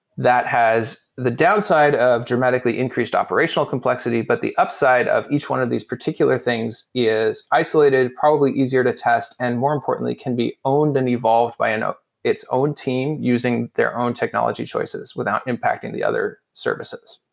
that has the downside of dramatically increased operational complexity, but the upside of each one of these particular things is isolated, probably easier to test and more importantly, can be owned and evolved by and its own team using their own technology choices without impacting the other services.